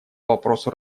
вопросу